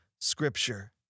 Scripture